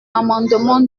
amendement